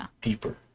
deeper